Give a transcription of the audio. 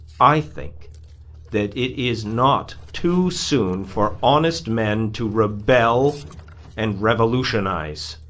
i think that it is not too soon for honest men to rebel and revolutionize.